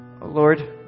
Lord